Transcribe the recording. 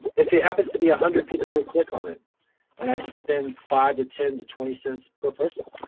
if it happens to be one ah hundred people who click on it and i could spend five to ten to twenty cents per person.